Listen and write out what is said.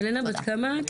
ילנה, בת כמה את?